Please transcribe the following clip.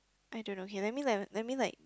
I don't know okay let me then let me like